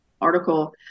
article